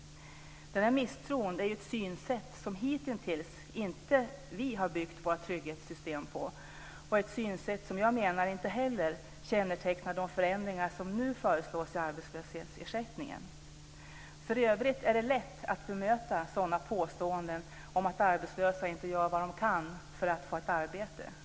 Misstron är ett synsätt som vi hittills inte har byggt våra trygghetssystem på. Det är ett synsätt som jag menar inte heller kännetecknar de förändringar som nu föreslås i arbetslöshetsersättningen. För övrigt är det lätt att bemöta påståenden om att arbetslösa inte gör vad de kan för att få ett arbete.